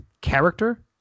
character